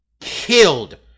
killed